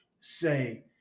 say